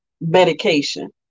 medication